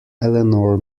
eleanor